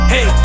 Hey